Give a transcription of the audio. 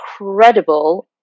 incredible